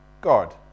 God